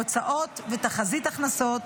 הוצאות ותחזית הכנסות.